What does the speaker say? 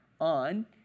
on